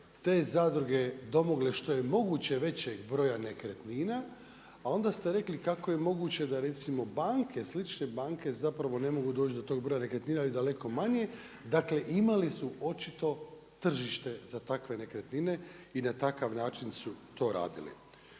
te zadruge domogle, što je moguće većeg broja nekretnina. A onda ste rekli kako je moguće, da recimo, banke, slične banke, zapravo ne mogu doći do tog broja nekretnina je daleko manje, dakle imali su očito tržište za takve nekretnine i na takav način su to radili.